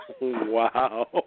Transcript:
Wow